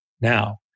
Now